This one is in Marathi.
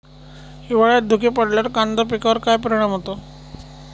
हिवाळ्यात धुके पडल्यावर कांदा पिकावर काय परिणाम होतो?